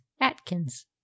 atkins